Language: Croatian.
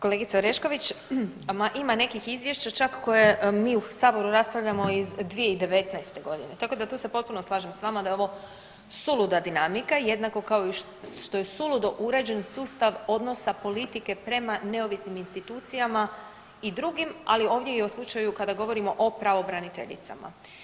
Kolegice Orešković, ma ima nekih izvješća koje mi u Saboru raspravljamo iz 2019.g. tako da to se tu potpuno slažem s vama da je ovo suluda dinamika, jednako kao što je suludo uređen sustav odnosa politike prema neovisnim institucijama i drugim, ali ovdje i o slučaju kada govorimo o pravobraniteljicama.